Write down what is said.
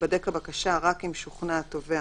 תיבדק הבקשה רק אם שוכנע התובע